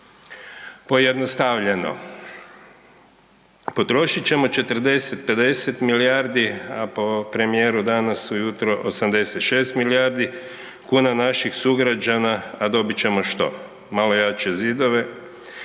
Pojednostavljeno, potrošit ćemo 40, 50 milijardi, a po premijeru danas ujutro 86 milijardi kuna naših sugrađana, a dobit ćemo što, malo jače zidove